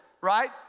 right